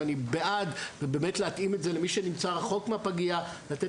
ואני בעד להתאים אותו למי שנמצא רחוק מהפגייה ולתת